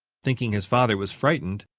thinking his father was frightened,